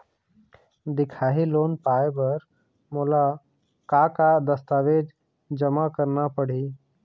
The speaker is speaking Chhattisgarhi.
दिखाही लोन पाए बर मोला का का दस्तावेज जमा करना पड़ही?